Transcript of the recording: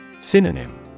Synonym